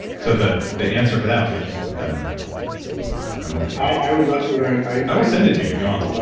so the the answer for that was i just put that in my coffee and i'm okay i would love to learn i will send it to you if you want so but